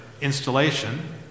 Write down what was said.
installation